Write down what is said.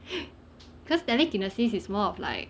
cause telekinesis is more of like